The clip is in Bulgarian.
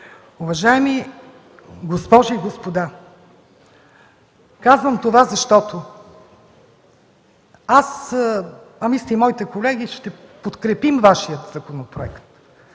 Уважаеми госпожи и господа, казвам това, защото аз, а мисля, че и моите колеги ще подкрепим Вашия законопроект,